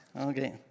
Okay